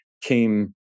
came